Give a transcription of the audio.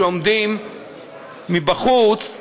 שעומדים מבחוץ,